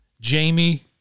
Jamie